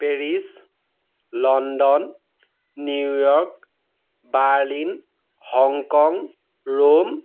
Paris London New York Berlin Hong Kong Rome